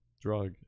drug